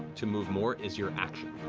to move more, is your action.